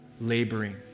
laboring